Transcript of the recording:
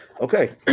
Okay